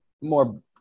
more